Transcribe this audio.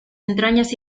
entrañas